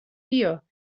بیا